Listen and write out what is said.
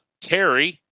Terry